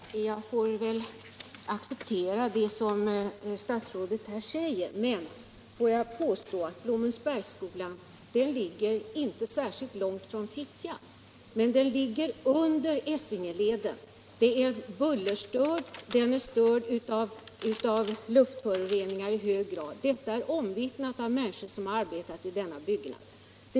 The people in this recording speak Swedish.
Herr talman! Jag får väl acceptera det som statsrådet här säger. Blommensbergsskolan ligger inte särskilt långt från Fittja. Men den ligger under Essingeleden, och den är därför i hög grad störd av buller och luftföroreningar. Det är omvittnat av människor som har arbetat i denna byggnad.